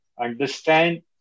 understand